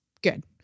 good